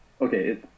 Okay